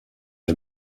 est